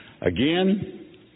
Again